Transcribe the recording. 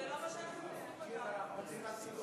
זה לא מה, סגן השר?